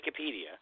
Wikipedia